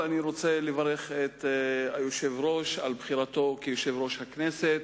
אני רוצה לברך את היושב-ראש על בחירתו ליושב-ראש הכנסת.